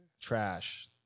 Trash